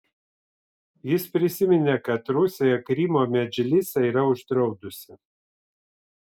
jis priminė kad rusija krymo medžlisą yra uždraudusi